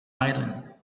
island